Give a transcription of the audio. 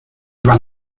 van